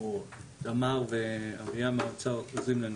ותמר ואביה מהאוצר עוזרים לנו